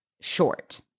short